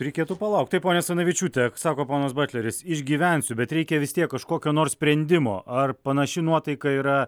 reikėtų palaukt tai ponia asanavičiūte sako ponas butleris išgyvensiu bet reikia vis tiek kažkokio nors sprendimo ar panaši nuotaika yra